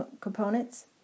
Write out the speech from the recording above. components